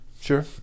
Sure